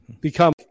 become